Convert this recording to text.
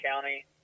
County